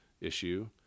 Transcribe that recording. issue